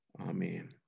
amen